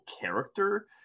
character